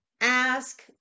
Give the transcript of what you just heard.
Ask